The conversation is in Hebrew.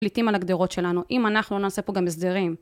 פליטים על הגדרות שלנו, אם אנחנו לא נעשה פה גם הסדרים.